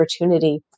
opportunity